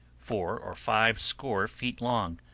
four or five score feet long,